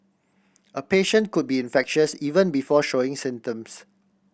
a patient could be infectious even before showing symptoms